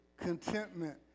contentment